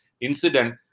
incident